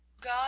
God